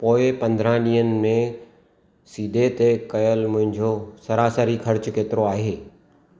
पोइ पंद्रहां ॾींहनि में सीदे ते कयलु मुंहिंजो सरासरी ख़र्चु केतिरो आहे